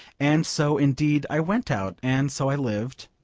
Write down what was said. and so, indeed, i went out, and so i lived.